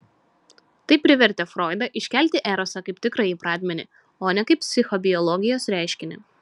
tai privertė froidą iškelti erosą kaip tikrąjį pradmenį o ne kaip psichobiologijos reiškinį